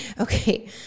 Okay